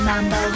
Mambo